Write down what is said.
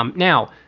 um now,